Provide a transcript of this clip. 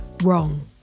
wrong